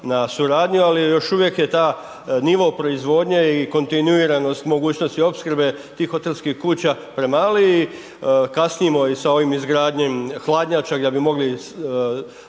na suradnju ali još uvijek je taj nivo proizvodnje i kontinuiranosti, mogućnost opskrbe tih hotelskih kuća premali i kasnimo i sa ovom izgradnjom hladnjača gdje bi mogli